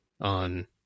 on